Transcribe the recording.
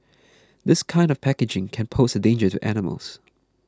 this kind of packaging can pose a danger to animals